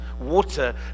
water